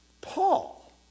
Paul